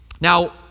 Now